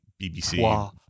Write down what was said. BBC